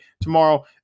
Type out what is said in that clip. Tomorrow